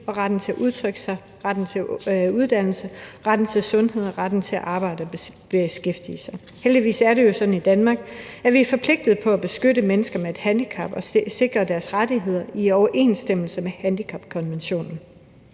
retten til sundhed og retten til arbejde og beskæftigelse. Heldigvis er det jo sådan i Danmark, at vi er forpligtet på at beskytte mennesker med handicap og sikre deres rettigheder i overensstemmelse med handicapkonventionen.